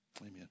Amen